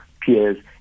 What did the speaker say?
peers